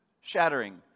shattering